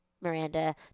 Miranda